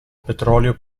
petrolio